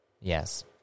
yes